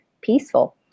peaceful